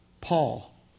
Paul